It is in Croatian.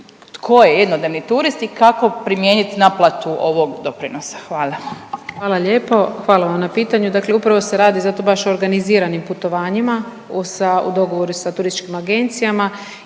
tko je jednodnevni turist i kako primijenit naplatu ovog doprinosa? Hvala. **Brnjac, Nikolina (HDZ)** Hvala lijepo, hvala vam na pitanju, dakle upravo se radi, zato baš o organiziranim putovanjima u, sa, u dogovoru sa turističkim agencijama